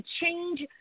change